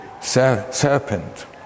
Serpent